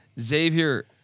Xavier